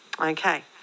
Okay